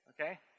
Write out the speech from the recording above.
Okay